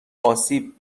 آسیب